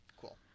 cool